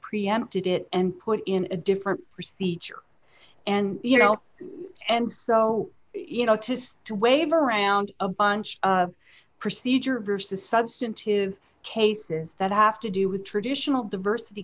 preempted it and put in a different procedure and you know and so you know just to wave around a bunch of procedure versus substantive cases that have to do with traditional diversity